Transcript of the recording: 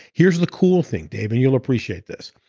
here's the cool thing dave and you'll appreciate this.